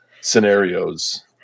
scenarios